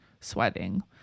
sweating